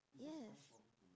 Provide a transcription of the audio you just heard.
yes